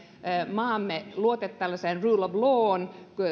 maamme tällaiseen rule of lawhon